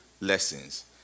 lessons